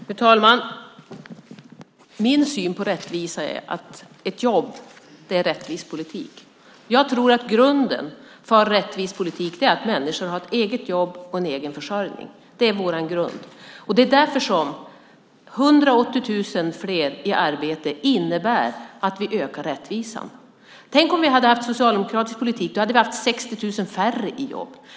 Fru talman! Min syn på rättvisa är att ett jobb är rättvis politik. Jag tror att grunden för rättvis politik är att människor har ett eget jobb och en egen försörjning. Det är vår grund. Det är därför som 180 000 fler i arbete innebär att vi ökar rättvisan. Tänk om vi hade haft socialdemokratisk politik! Då hade vi haft 60 000 färre i jobb.